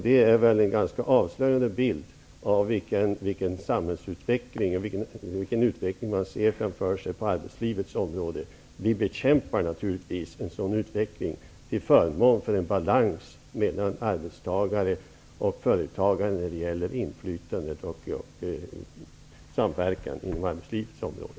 Det är väl en ganska avslöjande bild av vilken utveckling man ser framför sig på arbetslivets område. Vi bekämpar naturligvis en sådan utveckling till förmån för en balans mellan arbetstagare och företagare när det gäller inflytande och samverkan på arbetslivets område.